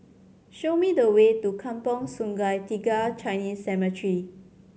show me the way to Kampong Sungai Tiga Chinese Cemetery